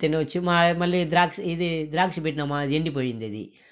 తినవచ్చు మ మళ్ళీ ద్రాక్ష ఇది ద్రాక్ష పెట్టినాము ఎండిపోయిందది